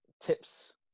tips